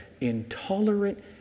intolerant